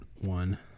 one